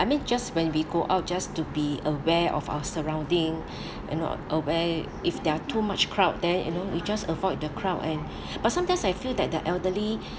I mean just when we go out just to be aware of our surrounding and walk away if there're too much crowd there you know we just avoid the crowd and but sometimes I feel that the elderly